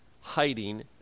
hiding